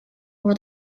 over